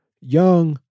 young